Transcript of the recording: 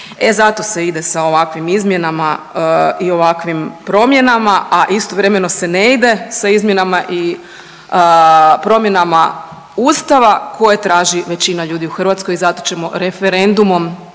zato se ide sa ovakvim izmjenama i ovakvim promjenama, a istovremeno se ne ide sa izmjenama i promjenama Ustava koje traži većina ljudi u Hrvatskoj i zato ćemo referendumom